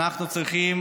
אנחנו צריכים